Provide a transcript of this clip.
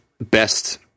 best